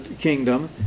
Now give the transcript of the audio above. kingdom